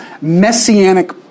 messianic